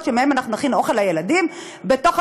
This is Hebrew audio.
שמהם אנחנו נכין אוכל לילדים בשירותים,